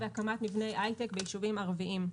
4. הקמת מבני הייטק ביישובים ערביים.